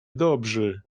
dobrzy